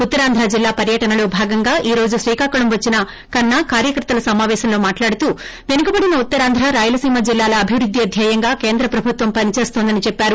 ఉత్తరాంధ్ర జిల్లా పర్వటనలో భాగంగా ఈ రోజు శ్రీకాకుళం వచ్చిన కన్నా కార్యకర్తల సమాపేశంలో మాట్లాడుతూ వెనుకబడిన ఉత్తరాంధ్ర రాయలసీమ జిల్లాల అభివృద్దే ధ్యేయంగా కేంద్ర ప్రభుత్వం పని చేస్తోందని చెప్పారు